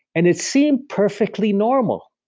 and it seemed perfectly normal.